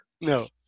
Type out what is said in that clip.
No